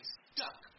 stuck